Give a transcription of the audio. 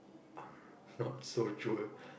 I'm not so sure